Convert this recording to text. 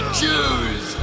choose